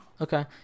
Okay